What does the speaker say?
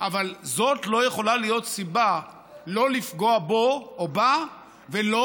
אבל זאת לא יכולה להיות סיבה לא לפגוע בו או בה ולא